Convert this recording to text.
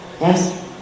Yes